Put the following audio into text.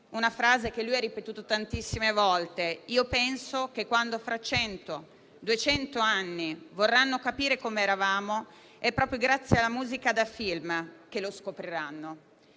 una frase che lui ha ripetuto tantissime volte: «Io penso che quando fra cento, duecento anni, vorranno capire come eravamo, è proprio grazie alla musica da film che lo scopriranno».